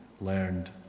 learned